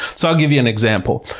so i'll give you an example.